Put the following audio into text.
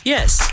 Yes